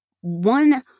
one